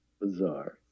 Bizarre